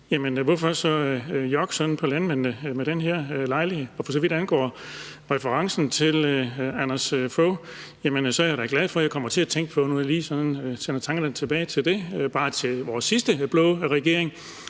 Hvorfor så jokke sådan på landmændene ved den her lejlighed? Og for så vidt angår referencen til Anders Fogh Rasmussen, er jeg da glad for at kunne sende tankerne tilbage til det, bare til vores sidste blå regering,